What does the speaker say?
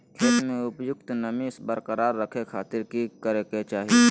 खेत में उपयुक्त नमी बरकरार रखे खातिर की करे के चाही?